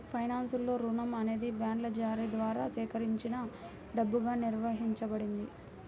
ఫైనాన్స్లో, రుణం అనేది బాండ్ల జారీ ద్వారా సేకరించిన డబ్బుగా నిర్వచించబడింది